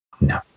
No